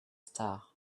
star